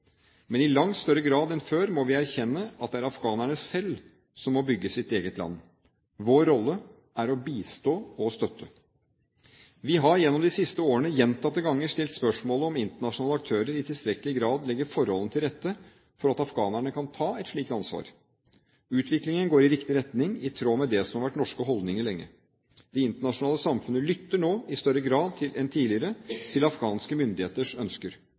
Men i langt større grad enn før må vi erkjenne at det er afghanerne selv som må bygge sitt land. Vår rolle er å bistå og støtte. Vi har gjennom de siste årene gjentatte ganger stilt spørsmål om internasjonale aktører i tilstrekkelig grad legger forholdene til rette for at afghanerne kan ta et slikt ansvar. Utviklingen går i riktig retning, i tråd med det som har vært norske holdninger lenge. Det internasjonale samfunnet lytter nå i større grad enn tidligere til afghanske myndigheters ønsker.